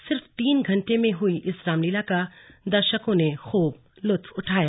सिर्फ तीन घण्टे में हुई इस रामलीला का दर्शकों ने खूब लुत्फ उठाया